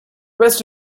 rest